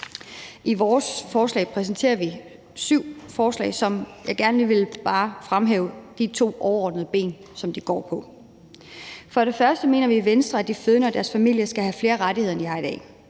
I vores beslutningsforslag præsenterer vi syv forslag, og jeg vil bare gerne lige fremhæve de to ben, som de går på. For det første mener vi i Venstre, at de fødende og deres familier skal have flere rettigheder, end de har i dag.